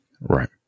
Right